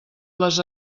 les